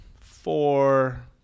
four